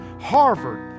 Harvard